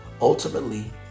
Ultimately